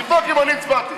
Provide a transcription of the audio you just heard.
תבדוק אם אני הצבעתי.